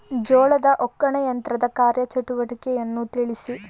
ಜೋಳದ ಒಕ್ಕಣೆ ಯಂತ್ರದ ಕಾರ್ಯ ಚಟುವಟಿಕೆಯನ್ನು ತಿಳಿಸಿ?